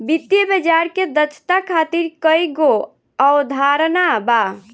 वित्तीय बाजार के दक्षता खातिर कईगो अवधारणा बा